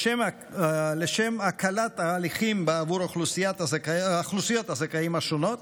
לשם הקלת ההליכים בעבור אוכלוסיות הזכאים השונות,